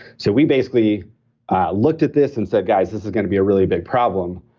so, we basically looked at this and said, guys, this is going to be a really big problem.